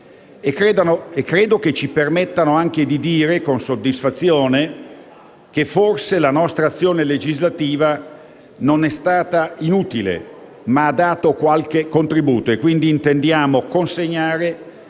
E credo che ci permettano anche di dire, con soddisfazione, che forse la nostra azione legislativa non è stata inutile, ma ha dato qualche contributo. Quindi intendiamo consegnare